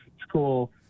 school